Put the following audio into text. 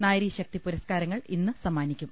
നാരീ ശക്തി പുരസ്കാരങ്ങൾ ഇന്ന് സമ്മാനിക്കും